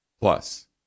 Plus